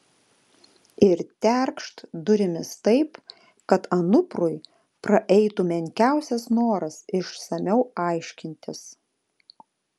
ir terkšt durimis taip kad anuprui praeitų menkiausias noras išsamiau aiškintis